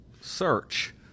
search